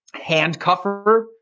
handcuffer